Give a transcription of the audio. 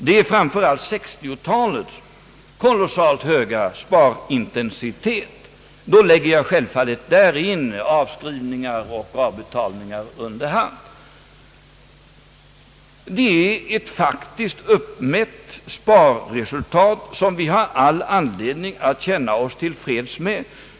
Särskilt 1960-talet har visat en kolossalt hög sparintensitet; jag lägger självfallet in däri avskrivningar och avbetalningar under hand. Det är ett faktiskt uppmätt sparresultat som vi har all anledning att känna oss till freds med.